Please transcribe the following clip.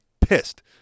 pissed